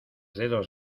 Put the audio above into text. dedos